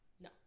No